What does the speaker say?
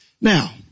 Now